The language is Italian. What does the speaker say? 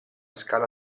scala